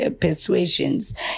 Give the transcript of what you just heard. persuasions